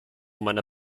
meiner